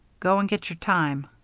go and get your time.